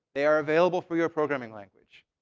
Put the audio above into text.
they are available for your programming languages.